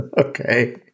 Okay